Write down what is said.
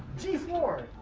g four.